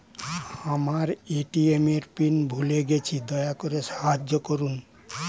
আমার এ.টি.এম এর পিন ভুলে গেছি, দয়া করে সাহায্য করুন